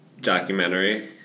documentary